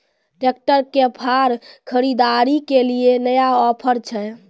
Tractor के फार खरीदारी के लिए नया ऑफर छ?